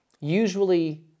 usually